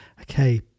okay